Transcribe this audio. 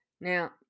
Now